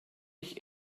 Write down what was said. ich